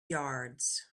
yards